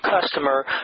customer